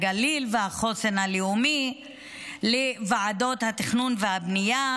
הגליל והחוסן הלאומי לוועדות התכנון והבנייה,